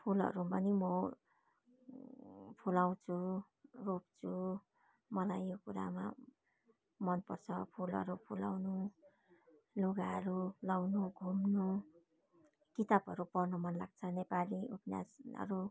फुलहरू पनि म फुलाउँछु रोप्छु मलाई यो कुरामा मन पर्छ फुलहरू फुलाउनु लुगाहरू लाउनु घुम्नु किताबहरू पढ्नु मन लाग्छ नेपाली उपन्यासहरू